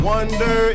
Wonder